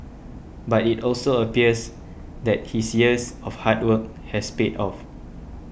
but it also appears that his years of hard work has paid off